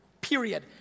period